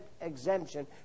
exemption